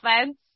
fence